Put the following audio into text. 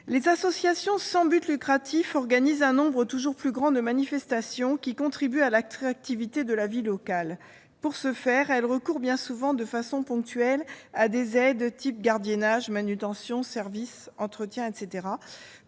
Les associations sans but lucratif organisent un nombre toujours plus grand de manifestations, qui contribuent à l'attractivité de la vie locale. Pour ce faire, elles recourent bien souvent de façon ponctuelle à des aides de type gardiennage, manutention, service, entretien, etc.